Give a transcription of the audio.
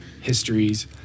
histories